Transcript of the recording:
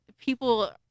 people